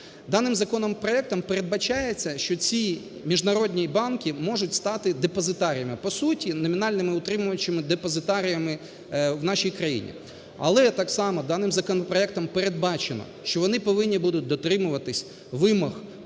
Даним законопроектом передбачається, що ці міжнародні банки можуть стати депозитаріями, по суті, номінальними утримувачами, депозитаріями в нашій країні. Але так само даним законопроектом передбачено, що вони повинні будуть дотримуватись вимог